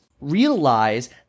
realize